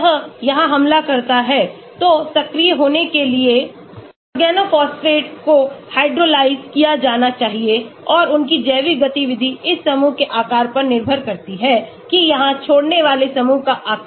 यह यहां हमला करता है तो सक्रिय होने के लिए ऑर्गनोफॉस्फेट्स को हाइड्रोलाइज्ड किया जाना चाहिए और उनकी जैविक गतिविधि इस समूह के आकार पर निर्भर करती है कि यहां छोड़ने वाले समूह का आकार